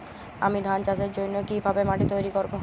আমি ধান চাষের জন্য কি ভাবে মাটি তৈরী করব?